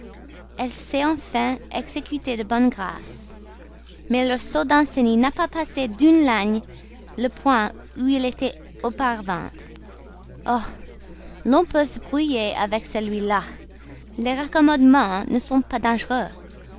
elle s'est enfin exécutée de bonne grâce mais le sot danceny n'a pas passé d'une ligne le point où il était auparavant oh l'on peut se brouiller avec celui-là les raccommodements ne sont pas dangereux